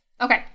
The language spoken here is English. Okay